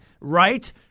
right